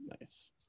Nice